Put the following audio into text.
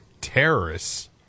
Terrorists